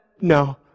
no